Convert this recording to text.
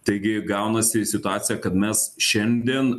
taigi gaunasi situacija kad mes šiandien